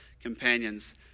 companions